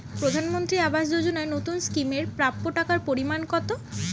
প্রধানমন্ত্রী আবাস যোজনায় নতুন স্কিম এর প্রাপ্য টাকার পরিমান কত?